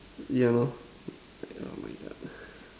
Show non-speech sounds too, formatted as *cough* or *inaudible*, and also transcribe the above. ya lor *noise*